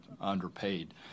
underpaid